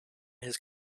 his